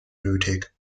nötig